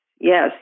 Yes